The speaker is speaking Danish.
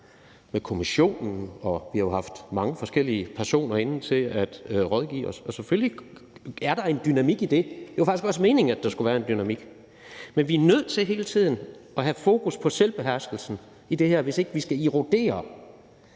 med kommissionen, og vi har jo haft mange forskellige personer inde til at rådgive os. Og selvfølgelig er der en dynamik i det, og det var faktisk også meningen, at der skulle være en dynamik. Men vi er nødt til hele tiden at have fokus på selvbeherskelsen i det her, hvis ikke vi skal erodere